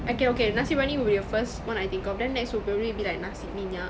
okay okay nasi biryani would be the first one I think of then next will probably be like nasi minyak